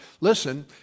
listen